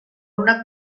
una